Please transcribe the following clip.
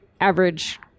average